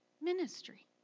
Ministry